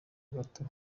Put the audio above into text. gato